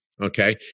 Okay